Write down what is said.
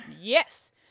Yes